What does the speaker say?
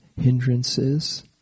hindrances